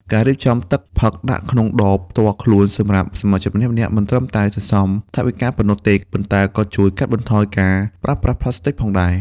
ការរៀបចំទឹកផឹកដាក់ក្នុងដបផ្ទាល់ខ្លួនសម្រាប់សមាជិកម្នាក់ៗ មិនត្រឹមតែសន្សំថវិកាប៉ុណ្ណោះទេ ប៉ុន្តែក៏ជួយកាត់បន្ថយការប្រើប្រាស់ប្លាស្ទិកផងដែរ។